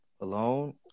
alone